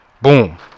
Boom